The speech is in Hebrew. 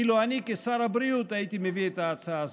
אילו אני, כשר הבריאות, הייתי מביא את ההצעה הזאת?